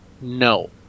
No